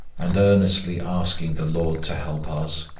and earnestly asking the lord to help us?